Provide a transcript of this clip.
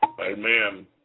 Amen